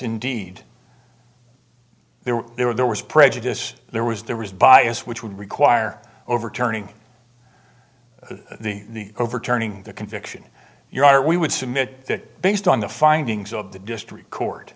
were there were there was prejudice there was there was bias which would require overturning the overturning the conviction your honor we would submit that based on the findings of the district court